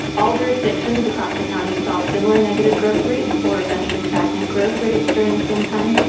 all jurisdictions across the county saw similar negative growth rates or essentially stagnant growth rates during the same time.